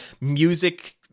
music